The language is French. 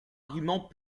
arguments